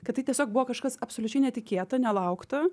kad tai tiesiog buvo kažkas absoliučiai netikėta nelaukta